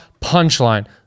Punchline